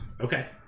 Okay